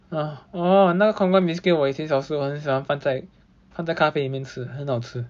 oh 那个 khong-guan biscuit 我以前小时后很喜欢放在放在咖啡里面吃很好吃